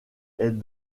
est